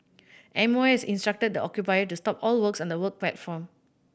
M O has instructed the occupier to stop all works on the work platform